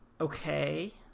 okay